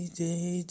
day